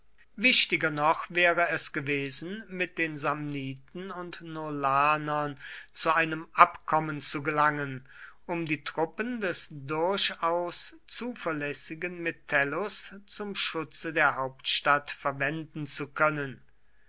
wichtiger noch wäre es gewesen mit den samniten und nolanern zu einem abkommen zu gelangen um die truppen des durchaus zuverlässigen metellus zum schutze der hauptstadt verwenden zu können